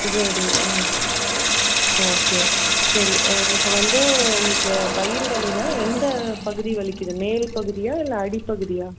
சரி ஆ ஓகே சரி இப்போ வந்து உங்களுக்கு வயிறு வலினால் எந்த பகுதி வலிக்குது மேல் பகுதியா இல்லை அடிப்பகுதியா